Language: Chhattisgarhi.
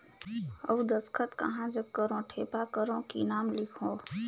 अउ दस्खत कहा जग करो ठेपा करो कि नाम लिखो?